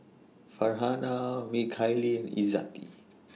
Farhanah Mikhail Izzati